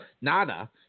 Nada